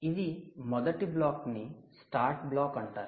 ఇది మొదటి బ్లాక్ ని స్టార్ట్ బ్లాక్ అంటారు